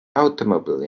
automobile